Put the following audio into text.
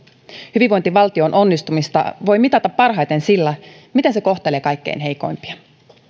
hyvinvointivaltion onnistumista voi mitata parhaiten sillä miten se kohtelee kaikkein heikoimpia